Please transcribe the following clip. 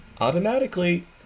Automatically